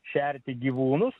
šerti gyvūnus